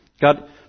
God